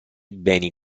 beni